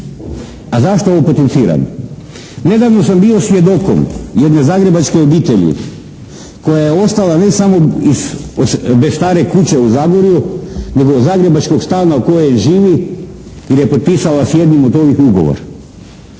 A zašto ovo potenciram? Nedavno sam bio svjedokom jedne zagrebačke obitelji koja je ostala ne samo bez stare kuće u Zagorju nego zagrebačkog stana u kojem živi jer je potpisala s jednim od ovih ugovor.